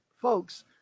folks